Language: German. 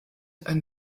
ein